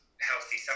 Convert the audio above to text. healthy